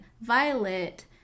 Violet